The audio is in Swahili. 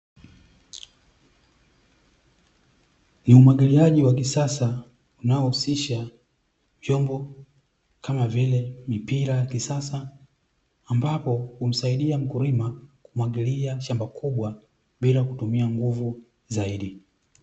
Umwagiliaji wa kisasa, unaohusisha vyombo kama vile, mipira ya kisasa, ambapo humsaidia mkulima kumwagilia shamba kubwa bila kutumia nguvu zaidi.